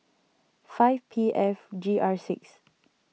five P F G R six